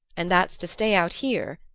and that's to stay out here